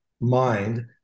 mind